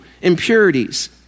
impurities